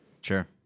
Sure